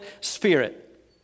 spirit